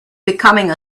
becoming